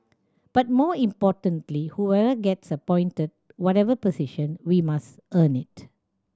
but more importantly whoever gets appointed whatever position we must earn it